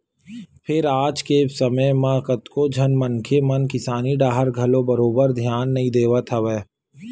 फेर आज के समे म कतको झन मनखे मन किसानी डाहर घलो बरोबर धियान नइ देवत हवय